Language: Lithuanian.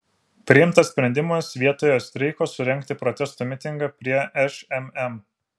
priimtas sprendimas vietoje streiko surengti protesto mitingą prie šmm